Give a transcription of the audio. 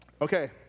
okay